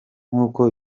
nkuko